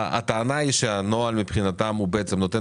הטענה היא שהנוהל מבחינתם הוא בעצם נותן